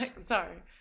Sorry